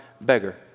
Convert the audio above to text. beggar